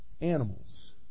animals